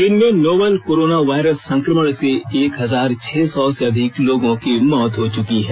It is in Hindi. चीन में नोवेल कोरोना वायरस संक्रमण से एक हजार छह सौ से अधिक लोगों की मौत हो चुकी है